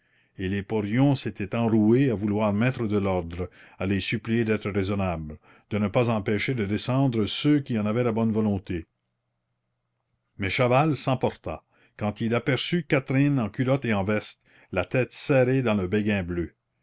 et les porions s'étaient enroués à vouloir mettre de l'ordre à les supplier d'être raisonnables de ne pas empêcher de descendre ceux qui en avaient la bonne volonté mais chaval s'emporta quand il aperçut catherine en culotte et en veste la tête serrée dans le béguin bleu